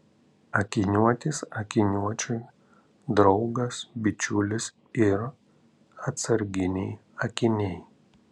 akiniuotis akiniuočiui draugas bičiulis ir atsarginiai akiniai